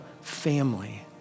family